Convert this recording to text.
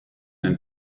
and